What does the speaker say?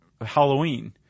Halloween